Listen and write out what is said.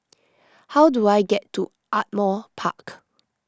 how do I get to Ardmore Park